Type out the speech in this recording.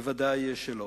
ודאי שלא.